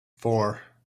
four